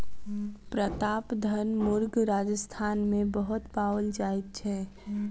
प्रतापधन मुर्ग राजस्थान मे बहुत पाओल जाइत छै